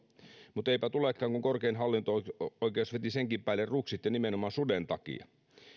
mutta eipä tulekaan kun korkein hallinto oikeus veti senkin päälle ruksit ja nimenomaan suden takia